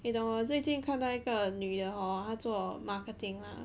你懂我最近看到一个女的 hor 她做 marketing lah